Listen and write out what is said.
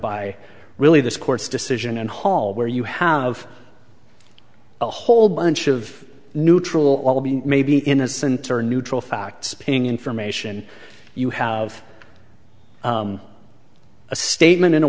by really this court's decision and hall where you have a whole bunch of neutral albeit maybe innocent or neutral facts paying information you have a statement in a